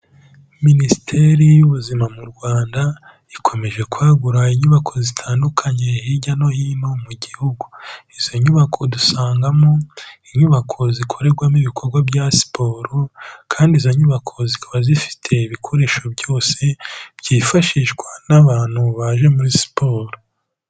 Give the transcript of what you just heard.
Minisiteri y'ubuzima mu Rwanda, ikomeje kwagura inyubako zitandukanye hirya no hino mu gihugu, izo nyubako dusangamo inyubako zikorerwamo ibikorwa bya siporo kandi izo nyubako zikaba zifite ibikoresho byose, byifashishwa n'abantu baje muri siporo.